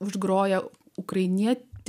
užgrojo ukrainietė